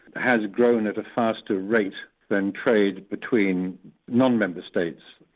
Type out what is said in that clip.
has grown at a faster rate than trade between non-member states.